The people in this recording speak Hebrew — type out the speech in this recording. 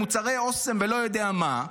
על מוצרי האסם ולא יודע מה,